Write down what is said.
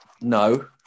No